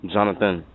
Jonathan